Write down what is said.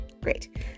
great